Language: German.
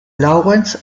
lawrence